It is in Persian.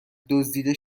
دزدیده